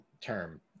term